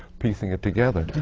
piecing it together.